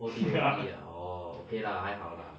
O_T_O_T ah orh okay lah 还好 lah